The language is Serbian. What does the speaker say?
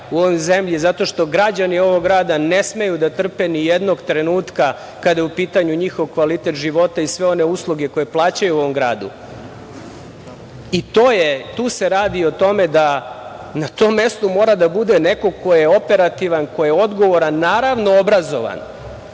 u ovoj zemlji zato što građani ovog grada ne smeju da trpe ni jednog trenutka kada je u pitanju njihov kvalitet života i sve one usluge koje plaćaju u ovom gradu. Tu se radi o tome da na tom mestu mora da bude neko ko je operativan, odgovoran, naravno, obrazovan,